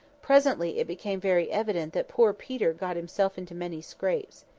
presently it became very evident that poor peter got himself into many scrapes.